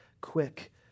quick